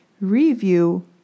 review